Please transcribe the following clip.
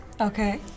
Okay